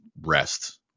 rest